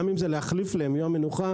גם אם זה להחליף להם יום מנוחה,